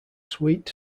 sweet